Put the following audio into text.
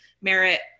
merit